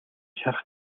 шарх